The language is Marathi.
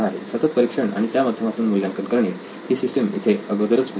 सतत परिक्षण आणि त्या माध्यमातून मूल्यांकन करणे ही सिस्टीम इथे अगोदरच उपलब्ध आहे